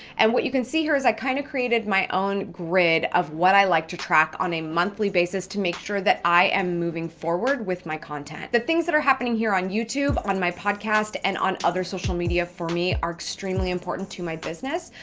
and what you can see here is i kinda kind of created my own grid of what i like to track on a monthly basis to make sure that i am moving forward with my content. the things that are happening here on youtube, on my podcast and on other social media for me are extremely important to my business.